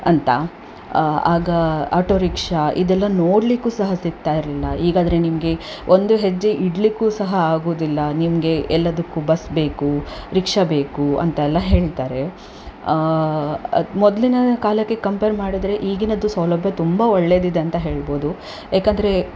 ಅಂತ ಆಗ auto rickshaw ಇದೆಲ್ಲ ನೋಡಲಿಕ್ಕು ಸಹ ಸಿಗ್ತಾ ಇರಲಿಲ್ಲ ಈಗಾದರೆ ನಿಮಗೆ ಒಂದು ಹೆಜ್ಜೆ ಇಡಲಿಕ್ಕೂ ಸಹ ಆಗೋದಿಲ್ಲ ನಿಮಗೆ ಎಲ್ಲಾದಕ್ಕು ಬಸ್ ಬೇಕು ರಿಕ್ಷಾ ಬೇಕು ಅಂತ ಎಲ್ಲ ಹೇಳ್ತಾರೆ ಅದು ಮೊದಲಿನ ಕಾಲಕ್ಕೆ ಕಂಪೇರ್ ಮಾಡಿದರೆ ಈಗಿನದ್ದು ಸೌಲಭ್ಯ ತುಂಬಾ ಒಳ್ಳೆದಿದೆ ಅಂತ ಹೇಳ್ಬೋದು ಯಾಕೆಂದ್ರೆ